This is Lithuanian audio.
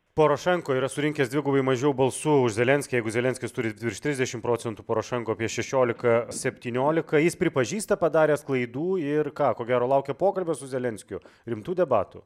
porošenko yra surinkęs dvigubai mažiau balsų už zelenskį jeigu zelenskis turi virš trisdešim procentų porošenko apie šešiolika septyniolika jis pripažįsta padaręs klaidų ir ką ko gero laukia pokalbio su zelenskiu rimtų debatų